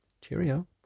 Cheerio